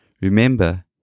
Remember